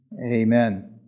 Amen